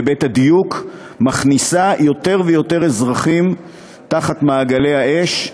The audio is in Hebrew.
ובהיבט הדיוק מכניסה יותר ויותר אזרחים למעגלי האש,